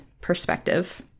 perspective